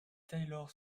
taylor